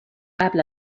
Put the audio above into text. قبل